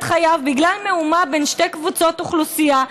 חייו בגלל מהומה בין שתי קבוצות אוכלוסייה.